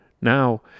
Now